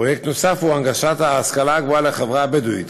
פרויקט נוסף הוא הנגשת ההשכלה הגבוהה לחברה הבדואית.